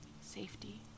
safety